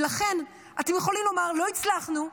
ולכן אתם יכולים לומר: לא הצלחנו,